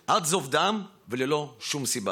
עד זוב דם וללא שום סיבה.